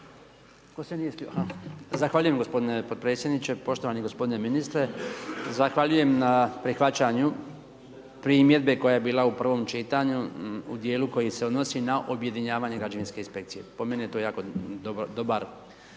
Branko (HDZ)** Zahvaljujem gospodine podpredsjedniče, poštovani gospodine ministre, zahvaljujem na prihvaćanju primjedbe koja je bila u prvom čitanju u dijelu koji se odnosi na objedinjavanje građevinske inspekcije, po meni je to jako dobar